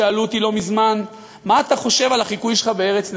שאלו אותי לא מזמן: מה אתה חושב על החיקוי שלך ב"ארץ נהדרת"?